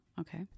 okay